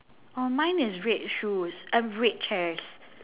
oh mine is red shoes uh red chairs